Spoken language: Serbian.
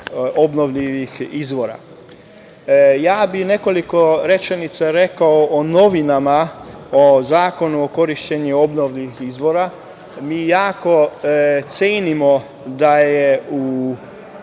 obnovljivih izvora. Ja bih nekoliko rečenica rekao o novinama u Zakonu o korišćenju obnovljivih izvora. Jako cenimo da što